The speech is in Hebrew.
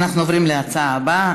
אנחנו עוברים להצעה הבאה,